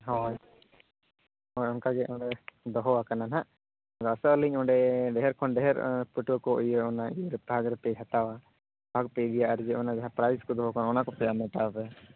ᱦᱳᱭ ᱚᱱᱮ ᱚᱱᱠᱟ ᱜᱮ ᱚᱸᱰᱮ ᱫᱚᱦᱚ ᱟᱠᱟᱱᱟ ᱦᱟᱸᱜ ᱟᱥᱚᱜ ᱟᱹᱞᱤᱧ ᱚᱸᱰᱮ ᱰᱷᱮᱨ ᱠᱷᱚᱱ ᱰᱷᱮᱨ ᱯᱟᱹᱴᱷᱩᱭᱟᱹ ᱠᱚ ᱤᱭᱟᱹ ᱚᱱᱟ ᱤᱭᱟᱹ ᱨᱮ ᱵᱷᱟᱨᱮᱯᱮ ᱦᱟᱛᱟᱣᱟ ᱵᱷᱟᱜ ᱯᱮ ᱤᱫᱤᱭᱟ ᱟᱨ ᱡᱮ ᱚᱱᱟ ᱯᱮᱨᱟᱭᱤᱡ ᱠᱚ ᱫᱚᱦᱚ ᱟᱠᱟᱱ ᱚᱱᱟ ᱠᱚᱯᱮ ᱦᱟᱢᱮᱴᱟ ᱯᱮ